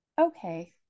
okay